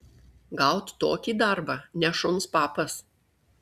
gaut tokį darbą ne šuns papas